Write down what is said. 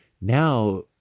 Now